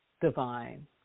divine